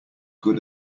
good